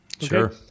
Sure